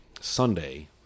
Sunday